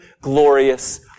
glorious